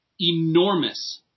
enormous